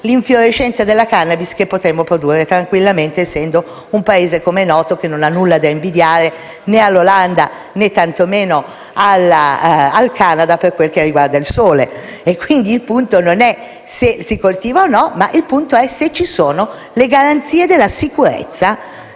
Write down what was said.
l'infiorescenza della *cannabis* che potremmo produrre tranquillamente essendo il nostro, come noto, un Paese che ha nulla da invidiare all'Olanda, tantomeno al Canada per quanto riguarda il sole. Quindi, il punto non è se si coltiva o no, ma se ci sono le garanzie della sicurezza